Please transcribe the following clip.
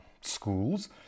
schools